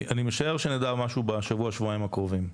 אני משער שנדע משהו בשבוע-שבועיים הקרובים.